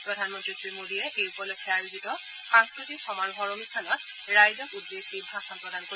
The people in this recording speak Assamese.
প্ৰধানমন্ত্ৰী নৰেড্ৰ মোদীয়ে এই উপলক্ষে আয়োজিত সাংস্কৃতিক সমাৰোহৰ অনুষ্ঠাত ৰাইজক ভাষণ প্ৰদান কৰিব